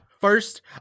First